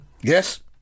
yes